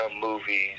movies